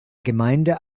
gemeinde